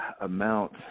amount